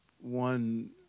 one